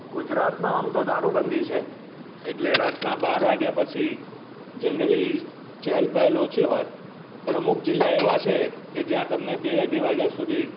ગુજરાતમાં આમ તો દારૂબંધી છે એટલે રાતના બાર વાગ્યા પછી જનરલી ચહેલ પહેલ ઓછી હોય પણ અમુક જિલ્લા એવા છે કે જ્યાં તમને બે અઢી વાગ્યા સુધી